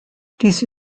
diese